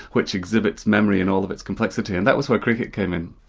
which exhibits memory in all of its complexity, and that was where cricket came in.